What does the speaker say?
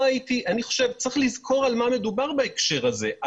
צריך לזכור על מה מדובר בהקשר הזה.